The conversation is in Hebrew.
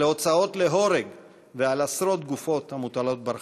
על הוצאות להורג ועל עשרות גופות המוטלות ברחוב.